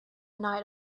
night